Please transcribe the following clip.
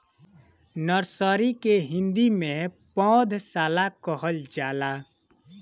nursery के हिंदी में पौधशाला कहल जाला